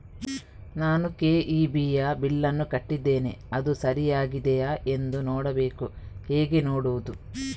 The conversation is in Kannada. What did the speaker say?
ನಾನು ಕೆ.ಇ.ಬಿ ಯ ಬಿಲ್ಲನ್ನು ಕಟ್ಟಿದ್ದೇನೆ, ಅದು ಸರಿಯಾಗಿದೆಯಾ ಎಂದು ನೋಡಬೇಕು ಹೇಗೆ ನೋಡುವುದು?